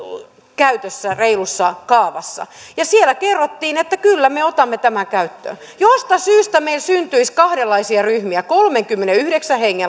käytössä reilussa kaavassa siellä kerrottiin että kyllä me otamme tämän käyttöön josta syystä meille syntyisi kahdenlaisia ryhmiä kolmenkymmenenyhdeksän